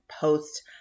post